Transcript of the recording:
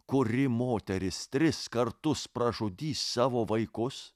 kuri moteris tris kartus pražudys savo vaikus